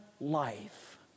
life